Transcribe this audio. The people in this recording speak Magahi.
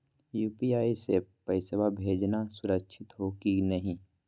यू.पी.आई स पैसवा भेजना सुरक्षित हो की नाहीं?